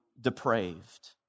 depraved